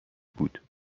بود